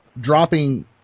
dropping